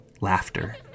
laughter